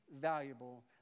valuable